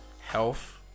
Health